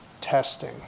testing